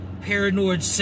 paranoid